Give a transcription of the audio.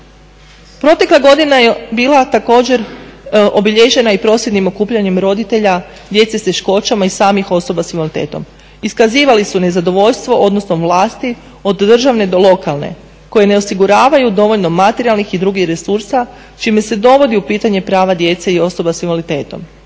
Protekla godina je bila također obilježena i prosvjednim okupljanjem roditelja, djece sa teškoćama i samih osoba sa invaliditetom. Iskazivali su nezadovoljstvo odnosom vlasti, od državne do lokalne, koji ne osiguravaju dovoljno materijalnih i drugih resursa čime se dovodi u pitanje prava djece i osoba s invaliditetom.